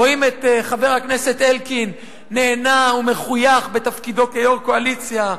רואים את חבר הכנסת אלקין נהנה ומחויך בתפקידו כיושב-ראש קואליציה,